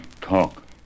talk